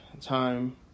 time